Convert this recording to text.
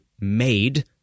made